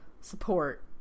support